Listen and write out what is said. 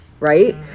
Right